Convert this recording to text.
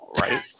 Right